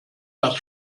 dass